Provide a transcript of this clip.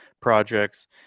projects